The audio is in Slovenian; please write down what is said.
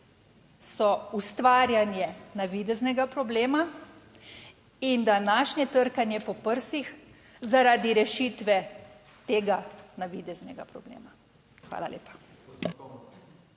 So ustvarjanje navideznega problema. In današnje trkanje po prsih zaradi rešitve tega navideznega problema. Hvala lepa.